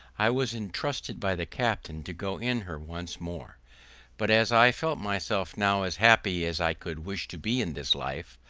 i was entreated by the captain to go in her once more but, as i felt myself now as happy as i could wish to be in this life,